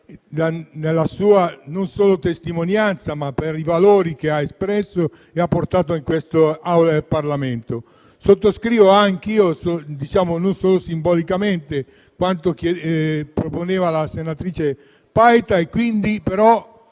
la sua testimonianza e con i valori che ha espresso e ha portato in questo ramo del Parlamento. Sottoscrivo anch'io, e non solo simbolicamente, quanto proponeva la senatrice Paita. Come